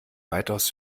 weitaus